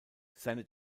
seine